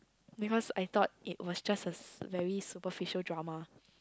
because I thought it was just a very superficial drama